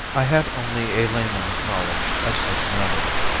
i had only a layman's knowledge of such matters.